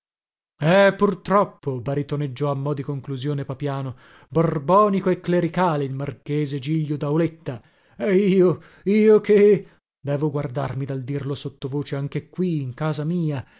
purtroppo baritoneggiò a mo di conclusione papiano borbonico e clericale il marchese giglio dauletta e io io che devo guardarmi dal dirlo sottovoce anche qui in casa mia